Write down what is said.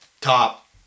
Top